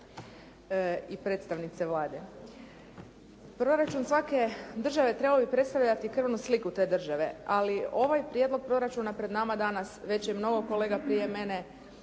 i predstavnice Vlade. Proračun svake države trebao bi predstavljati krvnu sliku te države, ali ovaj prijedlog proračuna pred nama danas već je mnogo kolega prije mene